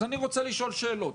אז אני רוצה לשאול שאלות.